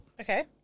Okay